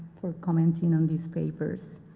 for commenting on these papers.